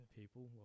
people